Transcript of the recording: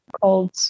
called